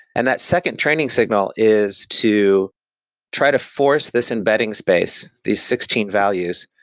and that second training signal is to try to force this embedding space, these sixteen values,